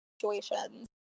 situations